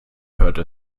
hörte